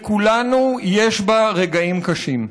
לכולנו יש בה רגעים קשים.